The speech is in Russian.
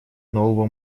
нового